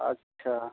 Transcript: अच्छा